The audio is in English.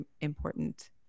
important